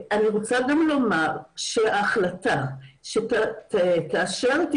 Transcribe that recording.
אני רוצה גם לומר שההחלטה שתאשר את